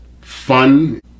fun